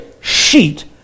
sheet